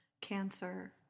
cancer